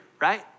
right